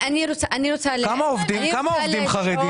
אני רוצה לשאול, בבקשה -- זה לא קשור לחרדים.